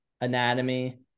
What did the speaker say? anatomy